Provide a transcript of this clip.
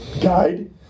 guide